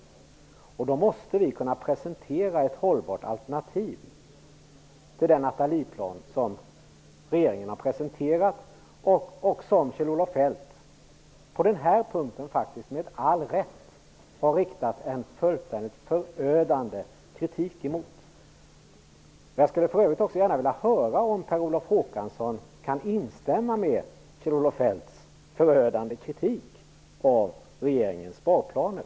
Då måste vi kunna presentera ett hållbart alternativ till den Nathalieplan som regeringen har presenterat och som Kjell-Olof Feldt, på denna punkt faktiskt med all rätt, har riktat en fullständigt förödande kritik mot. Jag skulle vilja veta om Per Olof Håkansson kan instämma i Kjell-Olof Feldts förödande kritik av regeringens sparplaner.